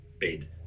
bed